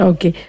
Okay